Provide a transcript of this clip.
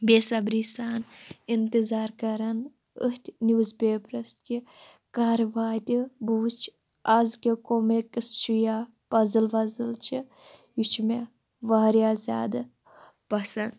بے صبری سان اِنتظار کران أتھۍ نِوٕز پیپَرس کہِ کَر واتہِ بہٕ وٕچھِ آز کیٛاہ کومِکٕس چھِ یا پَزٕل وَزٕل چھِ یہِ چھِ مےٚ واریاہ زیادٕ پسنٛد